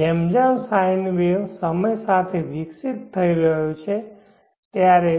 જેમ જેમ sine wave સમય સાથે વિકસિત થઈ રહ્યો છે ત્યારે